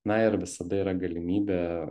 na ir visada yra galimybė